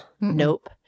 nope